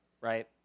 right